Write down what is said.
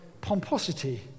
pomposity